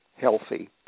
healthy